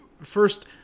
first